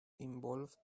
involved